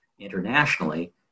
internationally